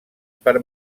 per